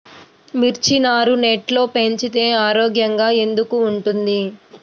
మిర్చి నారు నెట్లో పెంచితే ఆరోగ్యంగా ఎందుకు ఉంటుంది?